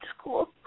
school